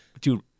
dude